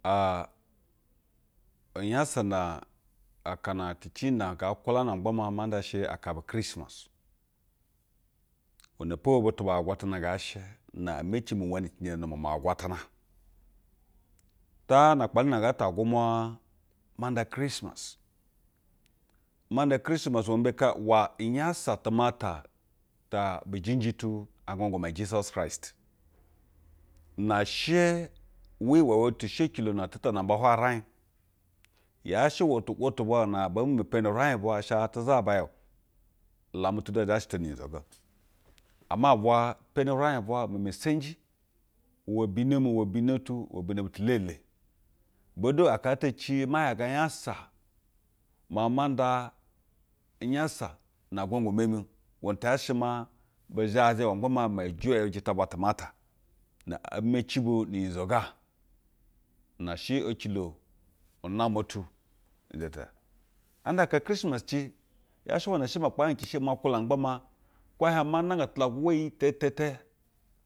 Aa, unyasa na akana ti ci na kaa nkwulane ma gba maa ma ndo shɛ aka bu krismas. Iwene po butu ba agwatana ngaa shɛ na emeci mi wɛnici njɛ nu n-ndumwa ma agwatana taa na kpalu na ngaa ta gwumwa ma nda krismas. Ma nda krismas iwemba kaa? Iwe unyasa tumata ta bijinji tu agwangwa tisus ta kraist. Na she wɛ wɛwɛ tu shɛ acilo na atu ta namba hwaye yraij yaa she iwe tu wo tu bwa na bee meme peni uraij bwa asha te yaba ya ɔ ulamu tu du a zhashɛ teni unyizo ga o, ama bwa peni uraij ubwa meme sɛnji iwe bino mu, iwe bino tu iwe bino butu elele. Bwe du aka ata vima iyaga unyasa, maa ma nda unyasa na agwangwama mi iwene te yaa shɛ maa be zhajɛ we ma gba maa mejwe nujita bwa tumata na ee meci bunu nyizoga una shɛ ecilo unama tu igete anda aka krismas ci yaa she iwene she maa ukpahi-j ci shi ma nkwulana ma gba maa kwai e hiɛd nanga tulagu uwe iyi tɛtɛtɛ.